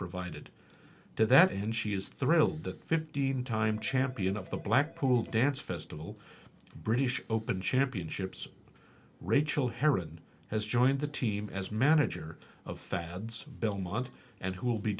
provided to that end she is thrilled that fifteen time champion of the blackpool dance festival british open championships rachel heron has joined the team as manager of fads belmont and who will be